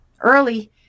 early